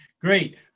great